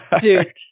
Dude